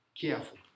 careful